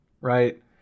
right